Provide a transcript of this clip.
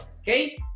Okay